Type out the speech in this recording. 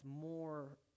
more